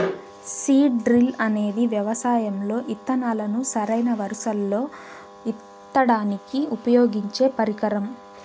seed drill అనేది వ్యవసాయం లో ఇత్తనాలను సరైన వరుసలల్లో ఇత్తడానికి ఉపయోగించే పరికరం